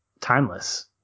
timeless